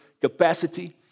capacity